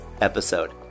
episode